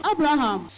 Abraham